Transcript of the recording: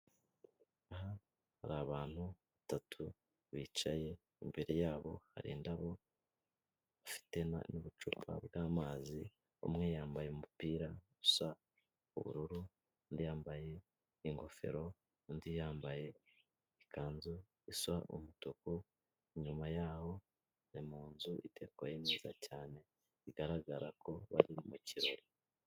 Aha hari abantu batatu bicaye imbere yabo hari indabo bafite n'ubucupa bw'amazi umwe yambaye umupira usa ubururu undi yambaye ingofero undi yambaye ikanzu isa umutuku inyuma yaho bari mu nzu idekoye neza cyane bigaragara ko bari mu kirori.